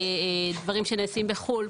דברים שנעשים בחו"ל,